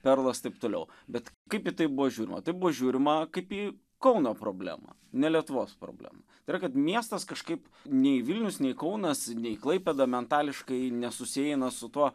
perlas taip toliau bet kaip į tai buvo žiūrima tai buvo žiūrima kaip į kauno problemą ne lietuvos problemą tai yra kad miestas kažkaip nei vilnius nei kaunas nei klaipėda mentališkai nesusieina su tuo